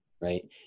right